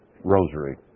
rosary